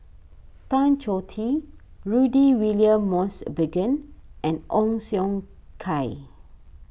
Tan Choh Tee Rudy William Mosbergen and Ong Siong Kai